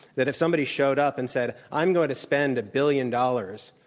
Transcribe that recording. that if somebody showed up and said, i'm going to spend a billion dollars